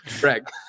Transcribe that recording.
Greg